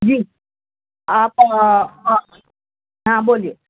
جی آپ ہاں بولیے